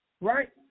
right